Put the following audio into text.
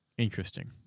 Interesting